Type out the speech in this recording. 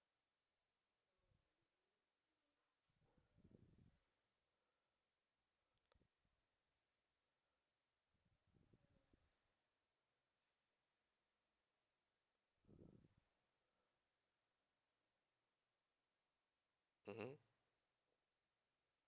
mmhmm